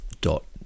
dot